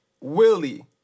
Willie